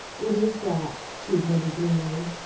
it is that, she admitted gloomily.